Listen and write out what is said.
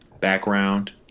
background